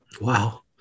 Wow